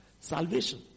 salvation